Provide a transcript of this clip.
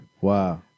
Wow